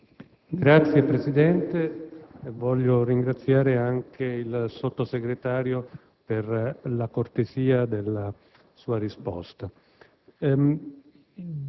Signor Presidente, voglio ringraziare la Sottosegretario per la cortesia della sua risposta.